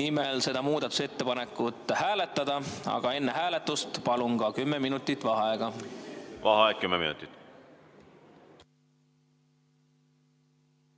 nimel seda muudatusettepanekut hääletada, aga enne hääletust palun kümme minutit vaheaega. Aitäh, lugupeetud